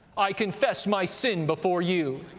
i confess my sin before you.